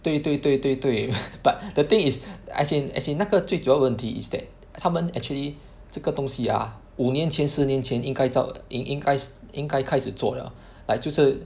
对对对对对 but the thing is as in as in 那个最主要问题 is that 他们 actually 这个东西 ah 五年前四年前应该造应该是应该开始做了 like 就是